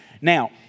Now